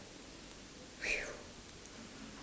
!whew!